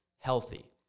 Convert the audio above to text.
healthy